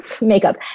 makeup